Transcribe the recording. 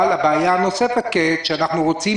אבל הבעיה הנוספת כעת היא שאנחנו רוצים